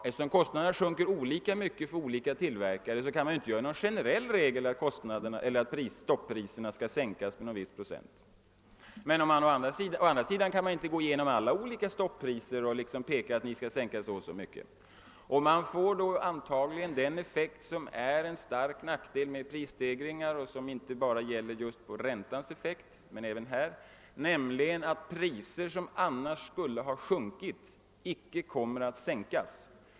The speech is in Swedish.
Eftersom kostnaderna sjunker olika mycket för olika tillverkare kan man inte införa någon generell regel som säger att stoppriserna skall sänkas med en viss procent. Å andra sidan kan man inte heller gå igenom alla olika stoppriser och säga att vederbörande skall sänka så och så mycket. Vi får antagligen då den effekten, som är en stor nackdel med en prisreglering och som inte gäller bara vid ränteändringar, att priser som annars skulle ha sjunkit inte kommer att sänkas.